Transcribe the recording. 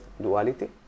duality